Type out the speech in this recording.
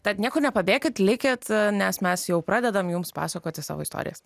tad niekur nepabėkit likit nes mes jau pradedam jums pasakoti savo istorijas